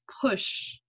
push